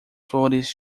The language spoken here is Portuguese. flores